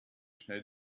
schnell